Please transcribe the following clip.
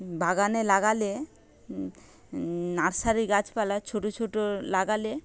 বাগানে লাগালে নার্সারির গাছপালা ছোট ছোট লাগালে